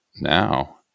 now